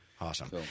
Awesome